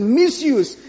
misuse